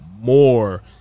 more